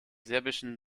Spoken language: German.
serbischen